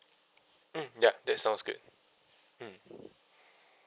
mm ya that sounds good mm